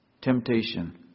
temptation